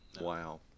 Wow